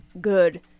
good